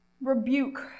rebuke